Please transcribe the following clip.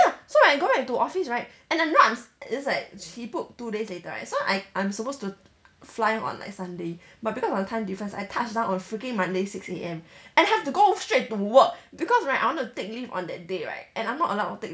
ya so I go back to office right and I'm not I just like he book two days later right so I I'm supposed to fly on like sunday but because of the time difference I touched down on freaking monday six A_M and I have to go straight to work because right I wanted to take leave on that day right and I'm not allowed to take